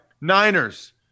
Niners